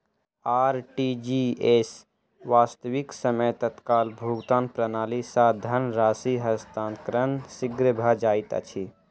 RTGS, वास्तविक समय तत्काल भुगतान प्रणाली, सॅ धन राशि हस्तांतरण शीघ्र भ जाइत अछि